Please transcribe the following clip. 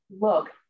Look